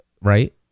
right